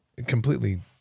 completely